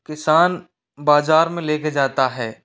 किसान बाज़ार में ले कर जाता है